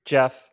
Jeff